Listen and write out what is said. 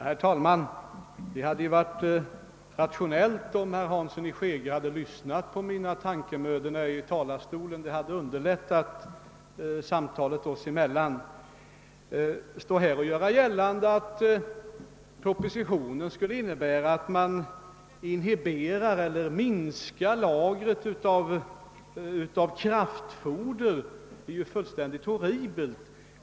Herr talman! Det hade varit rationellt om herr Hansson i Skegrie hade lyssnat på mina tankemödor när jag stod i talarstolen. Det hade underlättat samtalet oss emellan. Att som herr Hansson i Skegrie göra gällande att propositionen skulle innebära att man inhiberar eller minskar lagret av kraftfoder är fullständigt horribelt.